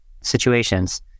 situations